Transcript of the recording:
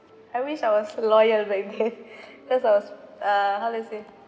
I wish I was loyal back then cause I was err how to say